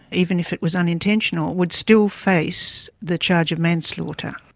even if it was unintentional, would still face the charge of manslaughter.